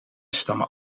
stammen